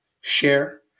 share